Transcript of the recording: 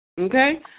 Okay